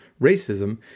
racism